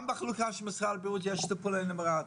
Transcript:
גם בחלוקה של משרד הבריאות יש טיפול נמרץ.